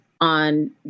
on